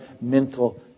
mental